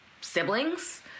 siblings